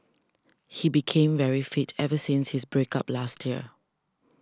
he became very fit ever since his break up last year